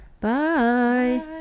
Bye